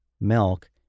milk